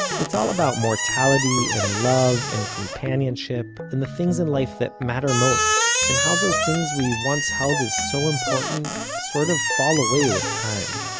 it's all about mortality and love and companionship, and the things in life that matter most, and how those things we once held as so important sort of fall away with time.